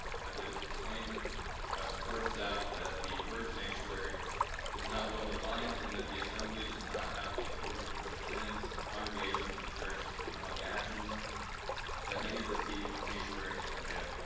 as it was explained by support staff that the word sanctuary is not well defined and that the assembly does not have the authority to push synods and congregations of the church to take on the actions that many perceive as sanctuary to entail.